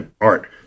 art